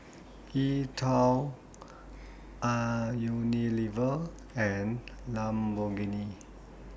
E TWOW Unilever and Lamborghini